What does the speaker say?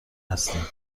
هستیم